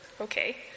Okay